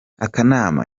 akanama